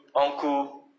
Uncle